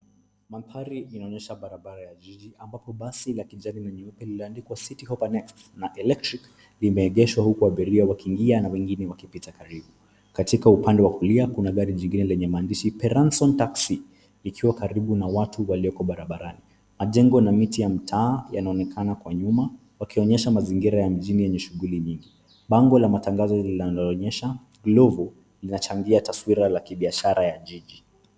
Mandhari inaonyesha barabara ya jiji ambapo basi la kijani lililoandikwa citi hoppa next na electric limeegeshwa huku abiria wakiingia na wengine wakipita karibu. Katika upande wa kulia kuna gari jingine lenye maandishi peransion taxi likiwa karibu na watu walioko barabarani. Majengo na miti ya mtaa yanaonekana kwa nyuma yakionyesha mazingira ya mjini yenye shughuli nyingi. Bango la matangazo linaloonyesha glovo linachangia taswira la kibiashara ya jiji.